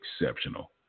exceptional